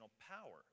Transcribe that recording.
power